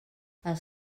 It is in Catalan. els